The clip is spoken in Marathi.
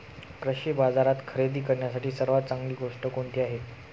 कृषी बाजारात खरेदी करण्यासाठी सर्वात चांगली गोष्ट कोणती आहे?